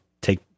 take